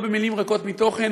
לא במילים ריקות מתוכן,